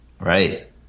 right